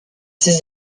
ses